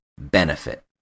benefit